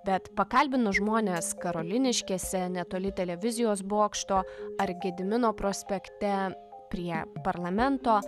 bet pakalbinus žmones karoliniškėse netoli televizijos bokšto ar gedimino prospekte prie parlamento